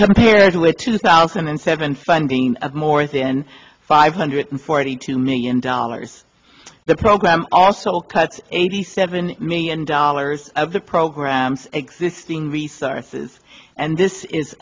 a two thousand and seven funding of more than five hundred forty two million dollars the program also cut eighty seven million dollars of the programs existing resources and this is